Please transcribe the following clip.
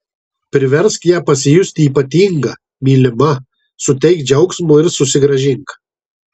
priversk ją pasijusti ypatinga mylima suteik džiaugsmo ir susigrąžink